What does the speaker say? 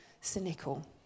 cynical